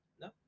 No